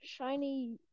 shiny